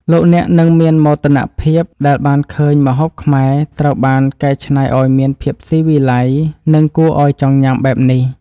លោកអ្នកនឹងមានមោទនភាពដែលបានឃើញម្ហូបខ្មែរត្រូវបានកែច្នៃឱ្យមានភាពស៊ីវិល័យនិងគួរឱ្យចង់ញ៉ាំបែបនេះ។